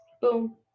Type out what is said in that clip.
Boom